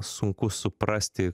sunku suprasti